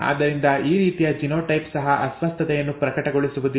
ಆದ್ದರಿಂದ ಈ ರೀತಿಯ ಜಿನೋಟೈಪ್ ಸಹ ಅಸ್ವಸ್ಥತೆಯನ್ನು ಪ್ರಕಟಗೊಳಿಸುವುದಿಲ್ಲ